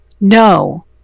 no